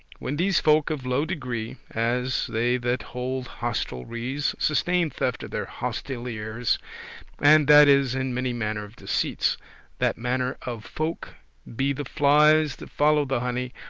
when these folk of low degree, as they that hold hostelries, sustain theft of their hostellers, and that is in many manner of deceits that manner of folk be the flies that follow the honey,